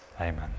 amen